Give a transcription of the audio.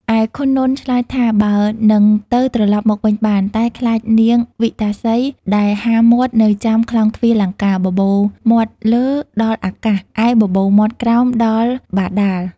ឯខុននន្ទ ឆ្លើយថាបើនឹងទៅត្រឡប់មកវិញបាន តែខ្លាចនាងវិកតាសី ដែលហាមាត់នៅចាំក្លោងទ្វារលង្កា បបូរមាត់លើដល់អាកាស ហើយបបូរមាត់ក្រោមដល់បាតាល។